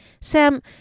Sam